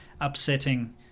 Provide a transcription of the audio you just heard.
upsetting